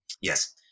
Yes